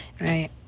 right